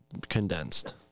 condensed